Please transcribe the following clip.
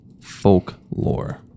folklore